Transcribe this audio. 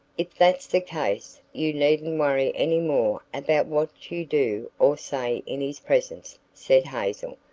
if that's the case, you needn't worry any more about what you do or say in his presence, said hazel.